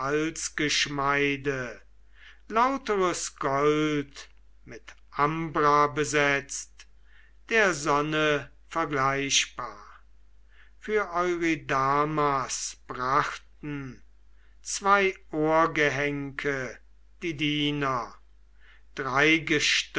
lauteres gold mit ambra besetzt der sonne vergleichbar für eurydamas brachten zwei ohrgehenke die diener